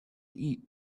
eat